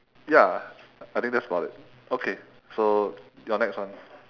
ya I think that's about it okay so your next one